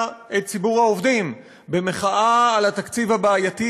את ציבור העובדים במחאה על התקציב הבעייתי,